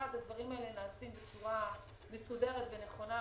הדברים האלה נעשים בצורה מסודרת ונכונה.